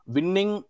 Winning